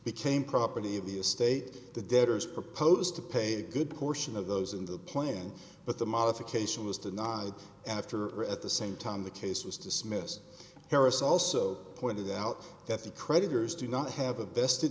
became property of the estate the debtors proposed to pay a good portion of those in the plan but the modification was denied after at the same time the case was dismissed harris also pointed out that the creditors do not have a vested